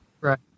right